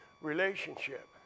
relationship